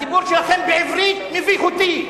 הדיבור שלכם בעברית מביך אותי.